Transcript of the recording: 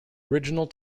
original